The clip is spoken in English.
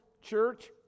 church